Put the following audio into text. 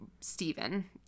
Stephen